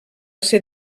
ser